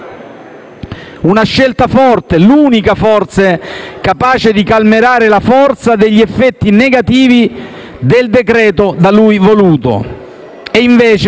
una scelta forte, forse l'unica capace di calmierare la forza degli effetti negativi del decreto-legge da lui voluto.